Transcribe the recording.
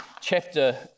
chapter